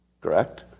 correct